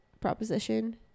proposition